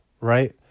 right